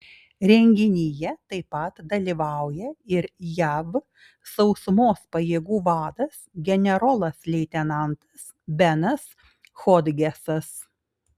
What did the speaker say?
renginyje taip pat dalyvauja ir jav sausumos pajėgų vadas generolas leitenantas benas hodgesas